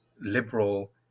liberal